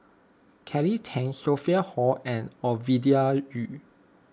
Kelly Tang Sophia Hull and Ovidia Yu